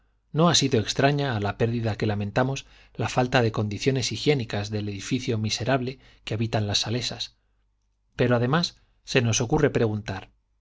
no ha sido extraña a la pérdida que lamentamos la falta de condiciones higiénicas del edificio miserable que habitan las salesas pero además se nos ocurre preguntar